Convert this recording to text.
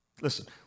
Listen